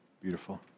Beautiful